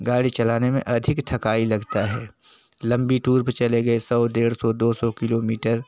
गाड़ी चलाने में अधिक थकाई लगता है लम्बी टूर पर चले गए सौ डेढ़ सौ दो सौ किलोमीटर